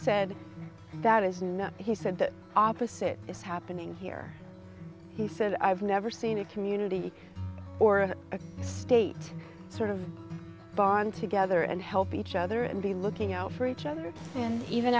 said he said the opposite is happening here he said i've never seen a community or a state sort of bond together and help each other and be looking out for each other and